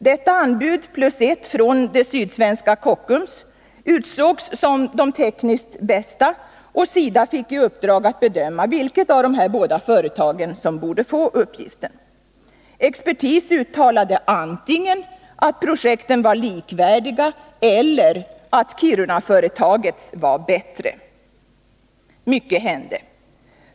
Detta anbud och ett anbud från det sydsvenska företaget Kockums utsågs som de tekniskt bästa, och SIDA fick i uppdrag att bedöma vilket företag som borde få uppgiften. Expertis uttalade antingen att projekten var likvärdiga eller att Kirunaföretagets var bättre. Mycket hände.